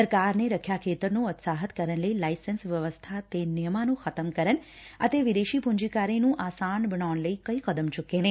ਸਰਕਾਰੀ ਨੇ ਰੱਖਿਆ ਖੇਤਰ ਨੂੰ ਉਤਸ਼ਾਹਿਤ ਕਰਨ ਲਈ ਲਾਇਸੈਸ ਵਿਵਸਥਾ ਤੇ ਨਿਯਮਾ ਨੂੰ ਖਤਮ ਕਰਨ ਅਤੇ ਵਿਦੇਸ਼ੀ ਪੰਜੀਕਾਰੀ ਨੂੰ ਆਸਾਨ ਬਣਾਉਣ ਲਈ ਕਈ ਕਦਮ ਚੁੱਕੇ ਨੇ